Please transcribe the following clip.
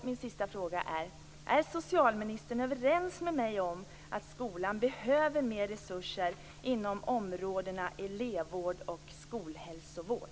Min sista fråga är: Är socialministern överens med mig om att skolan behöver mer resurser inom områdena elevvård och skolhälsovård?